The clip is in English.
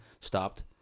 stopped